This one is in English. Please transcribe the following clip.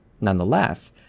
Nonetheless